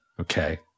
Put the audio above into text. Okay